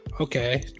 okay